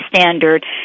standard